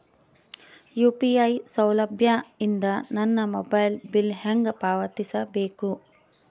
UPI ಸೌಲಭ್ಯ ಇಂದ ನನ್ನ ಮೊಬೈಲ್ ಬಿಲ್ ಹೆಂಗ್ ಪಾವತಿಸ ಬೇಕು?